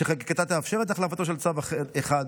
שחקיקתה תאפשר את החלפתו של צו אחד,